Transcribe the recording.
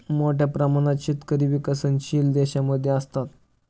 मोठ्या प्रमाणात शेतकरी विकसनशील देशांमध्ये असतात